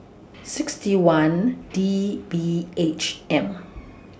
sixty one D B H M